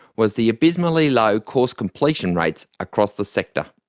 was the abysmally low course completion rates across the sector.